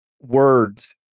words